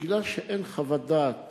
בגלל שאין חוות דעת